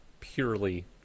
purely